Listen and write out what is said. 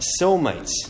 cellmates